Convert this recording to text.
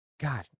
God